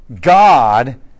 God